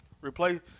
replace